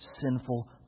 sinful